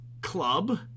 Club